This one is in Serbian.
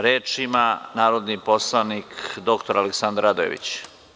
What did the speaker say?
Reč ima narodni poslanik dr Aleksandar Radojević.